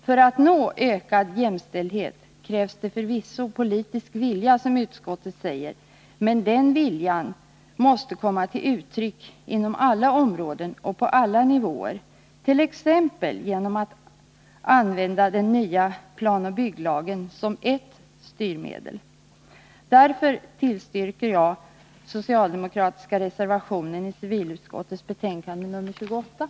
För att nå ökad jämställdhet krävs det förvisso politisk vilja, som utskottet säger, men den viljan måste komma till uttryck inom alla områden och på alla nivåer, t.ex. genom att man använder den nya planoch bygglagen som ett styrmedel. Därför yrkar jag bifall till den socialdemokratiska reservationen i civilutskottets betänkande nr 28.